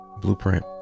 Blueprint